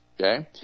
okay